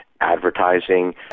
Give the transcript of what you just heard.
Advertising